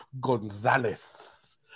Gonzalez